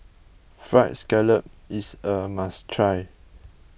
Fried Scallop is a must try